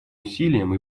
усилиям